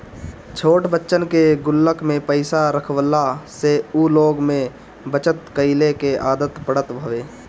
छोट बच्चन के गुल्लक में पईसा रखवला से उ लोग में बचत कइला के आदत पड़त हवे